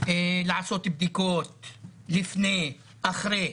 לעשות בדיקות לפני, אחרי,